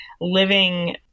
living